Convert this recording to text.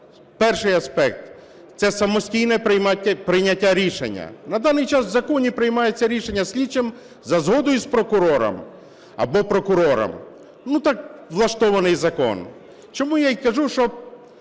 Перший аспект – це самостійне прийняття рішення. На даний час в законі приймається рішення слідчим за згодою із прокурором або прокурором. Так влаштований закон. Чому я і кажу, що